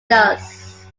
does